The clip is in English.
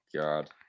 God